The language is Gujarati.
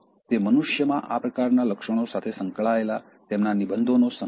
તે મનુષ્યમાં આ પ્રકારનાં લક્ષણો સાથે સંકળાયેલા તેમના નિબંધોનો સંગ્રહ છે